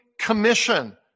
commission